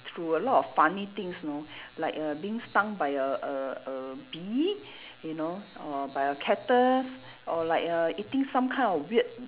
through a lot of funny things know like err being stung by a a a bee you know or by a cactus or like err eating some kind of weird